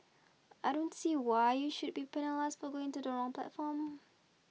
I don't see why you should be penalised for going to the wrong platform